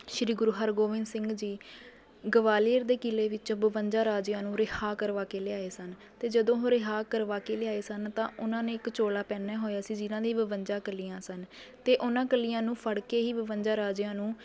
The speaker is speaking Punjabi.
ਸ਼੍ਰੀ ਗੁਰੂ ਹਰਗੋਬਿੰਦ ਸਿੰਘ ਜੀ ਗਵਾਲੀਅਰ ਦੇ ਕਿਲ੍ਹੇ ਵਿੱਚੋਂ ਬਵੰਜਾ ਰਾਜਿਆਂ ਨੂੰ ਰਿਹਾਅ ਕਰਵਾ ਕੇ ਲਿਆਏ ਸਨ ਅਤੇ ਜਦੋਂ ਉਹ ਰਿਹਾਅ ਕਰਵਾ ਕੇ ਲਿਆਏ ਸਨ ਤਾਂ ਉਹਨਾਂ ਨੇ ਇੱਕ ਚੋਲਾ ਪਹਿਨਿਆ ਹੋਇਆ ਸੀ ਜਿਨਾਂ ਦੀ ਬਵੰਜਾ ਕਲੀਆਂ ਸਨ ਅਤੇ ਉਹਨਾਂ ਕਲੀਆਂ ਨੂੰ ਫੜ੍ਹ ਕੇ ਹੀ ਬਵੰਜਾ ਰਾਜਿਆਂ ਨੂੰ